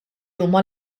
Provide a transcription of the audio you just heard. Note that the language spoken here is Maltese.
huma